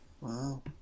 Wow